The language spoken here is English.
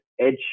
edge